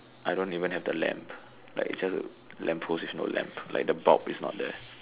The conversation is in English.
I don't even have the lamp like it's just a lamp post with no lamp like the bulb is not there